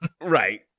Right